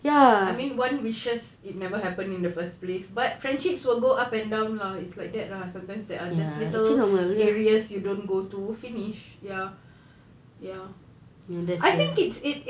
I mean one wishes it never happen in the first place but friendships will go up and down lah it's like that lah sometimes there are just little areas you don't go to finish ya ya I think it's it's it